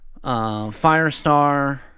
Firestar